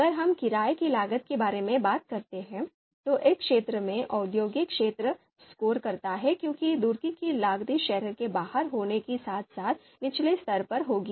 अगर हम किराये की लागत के बारे में बात करते हैं तो इस क्षेत्र में औद्योगिक क्षेत्र स्कोर करता है क्योंकि गुर्दे की लागत शहर के बाहर होने के साथ साथ निचले स्तर पर होगी